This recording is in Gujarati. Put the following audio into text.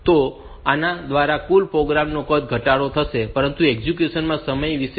તો આના દ્વારા કુલ પ્રોગ્રામ કદ માં ઘટાડો થશે પરંતુ એક્ઝેક્યુશન સમય વિશે શું